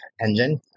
engine